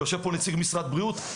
יושב פה נציג משרד הבריאות.